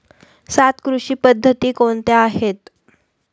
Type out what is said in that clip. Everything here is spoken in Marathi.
सात कृषी पद्धती कोणत्या आहेत?